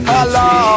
Hello